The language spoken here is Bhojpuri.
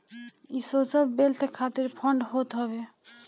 इ सोशल वेल्थ खातिर फंड होत हवे